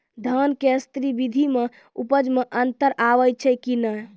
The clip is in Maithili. धान के स्री विधि मे उपज मे अन्तर आबै छै कि नैय?